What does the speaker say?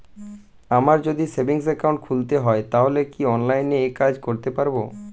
আমায় যদি savings account খুলতে হয় তাহলে কি অনলাইনে এই কাজ করতে পারবো?